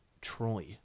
Troy